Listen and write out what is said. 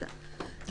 מקובלות יותר.